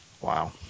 Wow